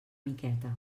miqueta